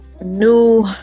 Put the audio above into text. new